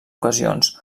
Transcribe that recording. ocasions